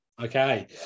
Okay